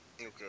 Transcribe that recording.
Okay